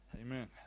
Amen